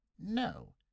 No